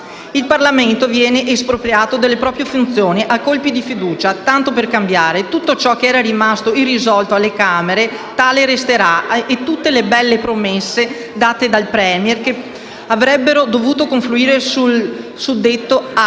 Il Parlamento viene espropriato delle proprie funzioni a colpi di fiducia, tanto per cambiare. Tutto ciò che era rimasto irrisolto alla Camera tale resterà e tutte le belle promesse fatte dal *Premier* che avrebbero dovuto confluire nel suddetto